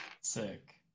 Sick